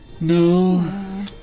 No